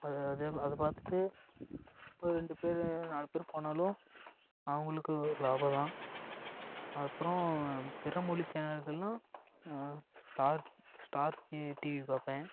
அது பார்த்துட்டு ஒரு ரெண்டு பேர் நாலு பேர் போனாலும் அவர்களுக்கு ஒரு லாபம்தான் அப்புறம் பிறமொழி சேனல்களெலாம் ஸ்டார் டிவி பார்ப்பேன்